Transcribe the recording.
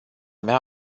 mea